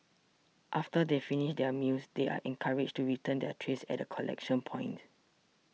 after they finish their meals they are encouraged to return their trays at a collection point